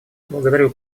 благодарю